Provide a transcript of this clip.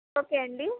okay అండి